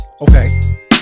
Okay